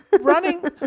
running